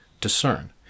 discern